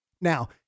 Now